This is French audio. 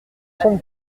semble